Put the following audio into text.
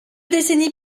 décennies